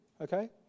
okay